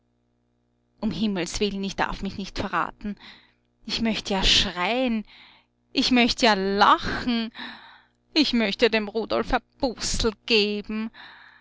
um himmelswillen ich darf mich nicht verraten ich möcht ja schreien ich möcht ja lachen ich möcht ja dem rudolf ein bussel geben